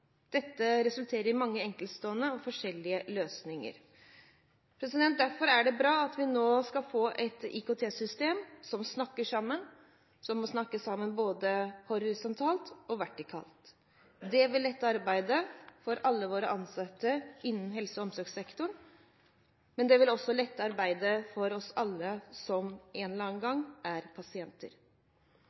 Dette resulterer i mange enkeltstående og forskjellige løsninger. Derfor er det bra at vi nå skal få et IKT-system som snakker sammen, og som må snakke sammen både horisontalt og vertikalt. Det vil lette arbeidet for alle våre ansatte innen helse- og omsorgssektoren, men det vil også lette arbeidet for alle som en eller annen gang er pasienter.